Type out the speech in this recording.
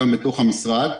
גם בתוך המשרד,